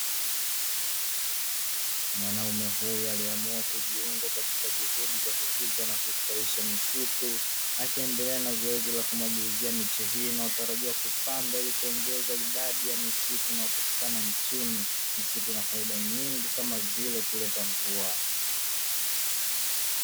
Mwanaume huyu aliamua kujiunga katika juhudi za kukuza na kustawisha misitu, akiendelea na zoezi la kumwagilizia miti hii inayotarajiwa kupanda, ili kuongeza idadi ya misitu na upatikanaji nchini misitu na faida nyingi kuleta mvua.